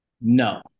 No